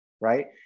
right